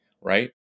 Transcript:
right